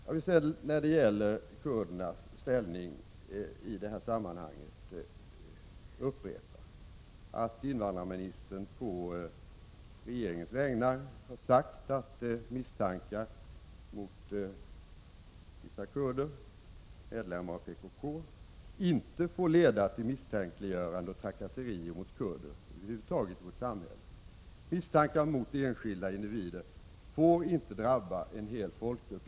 Jag vill sedan när det gäller kurdernas ställning i det här sammanhanget upprepa att invandrarministern på regeringens vägnar har sagt att misstankar mot vissa kurder, medlemmar av PKK, inte får leda till misstänkliggörande av och trakasserier mot kurder över huvud taget i vårt samhälle. Misstankar mot enskilda individer får inte drabba en hel folkgrupp.